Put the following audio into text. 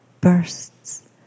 bursts